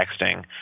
texting